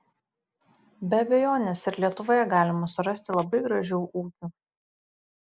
be abejonės ir lietuvoje galima surasti labai gražių ūkių